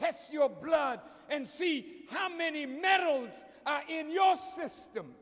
test your blood and see how many metals are in your system